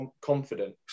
confident